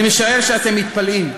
אני משער שאתם מתפלאים: